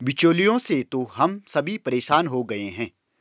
बिचौलियों से तो हम सभी परेशान हो गए हैं